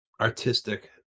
artistic